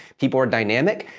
people are dynamic,